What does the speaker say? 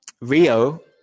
Rio